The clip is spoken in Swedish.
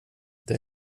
det